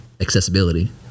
accessibility